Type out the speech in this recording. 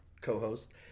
co-host